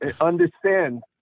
understand